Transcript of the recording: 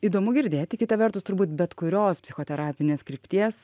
įdomu girdėti kita vertus turbūt bet kurios psichoterapinės krypties